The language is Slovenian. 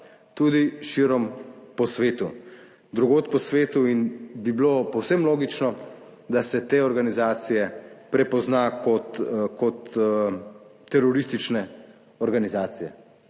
tudi širom po svetu, drugod po svetu. In bi bilo povsem logično, da se te organizacije prepozna kot teroristične organizacije.